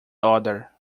other